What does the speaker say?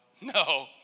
No